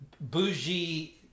Bougie